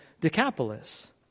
Decapolis